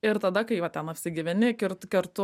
ir tada kai va ten apsigyveni kirt kartu